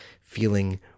feeling